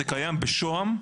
זה קיים בשוהם.